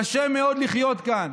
קשה מאוד לחיות כאן.